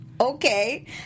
Okay